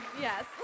Yes